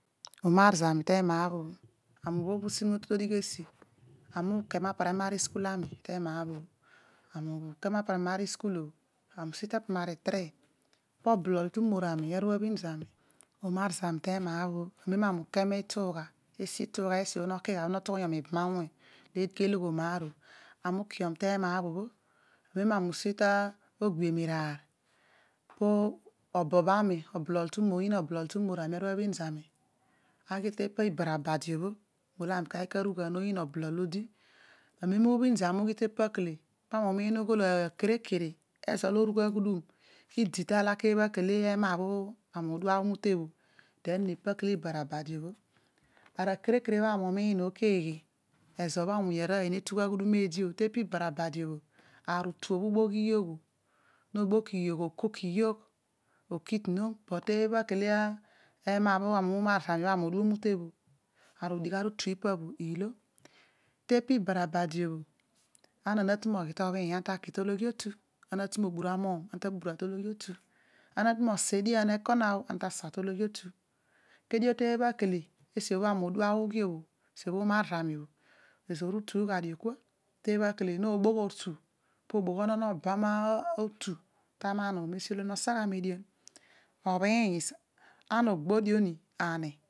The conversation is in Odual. Unar zami te ema bho bho ami uke ma primary sukul ama tema bho bho ami uke ma primar sukul obho oniin anami olo ema bho ami ilaanya aburuhir na buru marani ami ugi ta primary three po oblol tumor ami aru bhin zami aghi ta badi tesi obho noringha mibam awuny ki oghi ka loglomaar obho ami unai om te ema bho bho ami usi ta ogbebhien iraar po obolo tumor zami aghi te pa ibara badi obho molo ami ke aghi ka ru ghan oblol odi amem ubhin zami oghi obho pami umiin ughol akere kere idi te dighiomaar ebha kele ami udua umute bho den epa kele ibada abudi obho ara kere obuo ami umiin obho keghe ezo bho awuny arooy ne tugh aghudum eedi obho te pa ibara badi obho aru atu bho iboghi yogh obho no boki yogh okoki yogho oki ti nom but te bha kele ezoor utu gha dio kua po obogh omon oba otu ta aman obho mesi olo no sa gha median obhiin ana ogbo dio ni ane